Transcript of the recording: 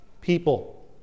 people